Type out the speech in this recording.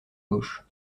gauche